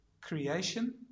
creation